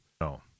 No